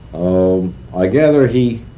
um i gather he